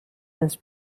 this